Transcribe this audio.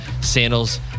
Sandals